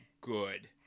Good